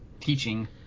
teaching